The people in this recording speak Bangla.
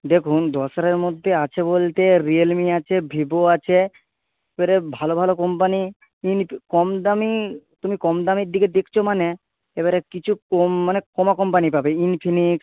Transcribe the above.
দেখুন দশ হাজারের মধ্যে আছে বলতে রিয়েলমি আছে ভিভো আছে এবারে ভালো ভালো কোম্পানি কমদামি তুমি কমদামির দিকে দেখছো মানে এবারে কিছু মানে কমা কোম্পানি পাবে ইনফিনিক্স